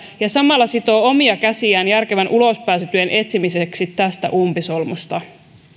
ja samalla sitoo omia käsiään järkevän ulospääsytien etsimiseksi tästä umpisolmusta